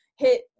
Hit